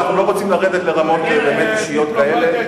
אנחנו לא רוצים לרדת לרמות בין-אישיות כאלה,